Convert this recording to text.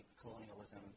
colonialism